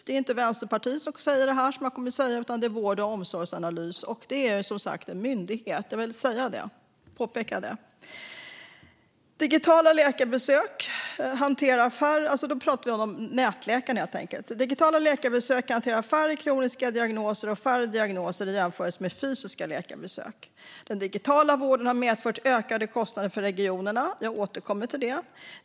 Det är inte Vänsterpartiet som säger det jag tänker säga här utan det är Vård och omsorgsanalys - en myndighet. Digitala läkarbesök - nätläkare - hanterar färre kroniska diagnoser och färre diagnoser i jämförelse med fysiska läkarbesök. Den digitala vården har medfört ökade kostnader för regionerna - jag återkommer till det.